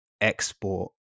export